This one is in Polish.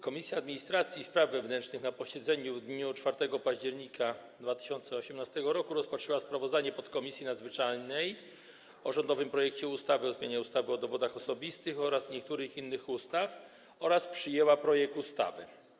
Komisja Administracji i Spraw Wewnętrznych na posiedzeniu w dniu 4 października 2018 r. rozpatrzyła sprawozdanie podkomisji nadzwyczajnej o rządowym projekcie ustawy o zmianie ustawy o dowodach osobistych oraz niektórych innych ustaw i przyjęła ten projekt ustawy.